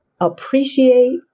appreciate